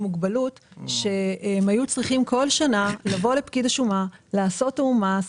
מוגבלות שהיו צריכים כל שנה לבוא לפקיד השומה ולעשות תיאום מס.